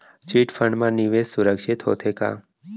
Chit fund मा निवेश सुरक्षित होथे का?